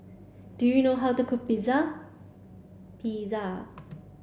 do you know how to cook Pizza